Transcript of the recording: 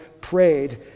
prayed